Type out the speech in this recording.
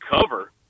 cover